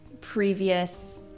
previous